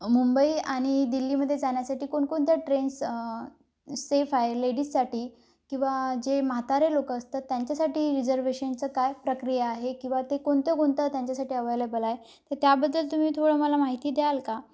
मुंबई आणि दिल्लीमध्ये जाण्यासाठी कोणकोणत्या ट्रेन्स सेफ आहे लेडीजसाठी किंवा जे म्हातारे लोक असतात त्यांच्यासाठी रिझर्वेशनचं काय प्रक्रिया आहे किंवा ते कोणत्या कोणत्या त्यांच्यासाठी अवेलेबल आहे तर त्याबद्दल तुम्ही थोडं मला माहिती द्याल का